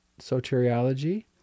soteriology